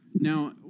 Now